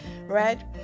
right